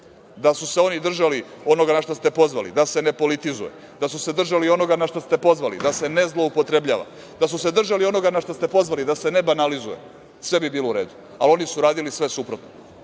Da su se oni držali onoga na šta ste pozvali da se ne politizuje, da su se držali onoga na šta ste pozvali da se ne zloupotrebljava, da su se držali onoga na šta ste pozvali da se ne banalizuje, sve bi bilo u redu, ali oni su uradili sve suprotno.